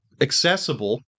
Accessible